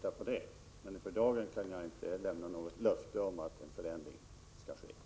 Men för dagen kan jag inte lämna något löfte om att en förändring skall ske.